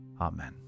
Amen